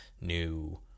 new